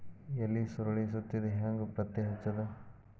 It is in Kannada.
ಎಲಿ ಸುರಳಿ ಸುತ್ತಿದ್ ಹೆಂಗ್ ಪತ್ತೆ ಹಚ್ಚದ?